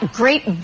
great